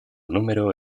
número